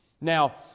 Now